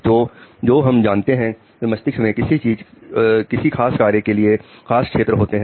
तो जो हम जानते हैं कि मस्तिष्क में किसी खास कार्य के लिए खास क्षेत्र होता है